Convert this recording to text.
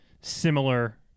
similar